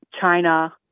China